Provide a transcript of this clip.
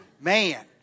Man